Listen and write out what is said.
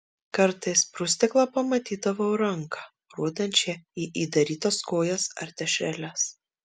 kartais pro stiklą pamatydavau ranką rodančią į įdarytas kojas ar dešreles